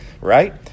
right